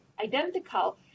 identical